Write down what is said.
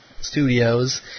Studios